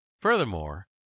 Furthermore